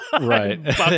Right